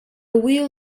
wheel